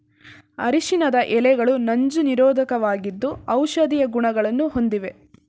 ಅರಿಶಿಣದ ಎಲೆಗಳು ನಂಜು ನಿರೋಧಕವಾಗಿದ್ದು ಔಷಧೀಯ ಗುಣಗಳನ್ನು ಹೊಂದಿವೆ